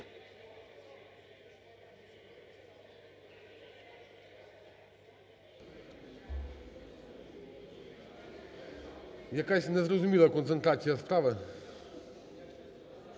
Якась незрозуміла концентрація справи.